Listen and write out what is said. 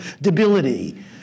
debility